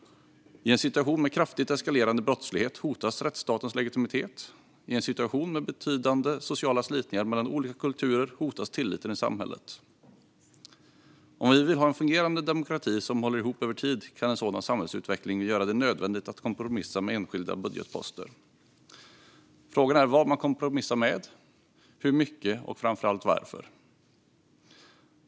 I en situation med kraftigt eskalerande brottslighet hotas rättsstatens legitimitet. I en situation med betydande sociala slitningar mellan olika kulturer hotas tilliten i samhället. Om vi vill ha en fungerande demokrati som håller ihop över tid kan en sådan samhällsutveckling göra det nödvändigt att kompromissa med enskilda budgetposter. Frågan är vad man kompromissar med, hur mycket och framför allt varför.